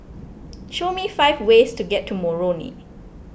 show me five ways to get to Moroni